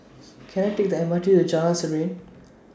Can I Take The M R T to Jalan Serene